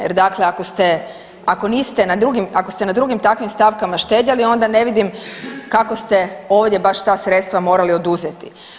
Jer dakle ako ste, ako niste, ako ste na drugim takvim stavkama štedjeli onda ne vidim kako ste ovdje baš ta sredstva morali oduzeti.